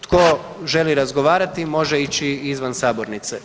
Tko želi razgovarati može ići izvan sabornice.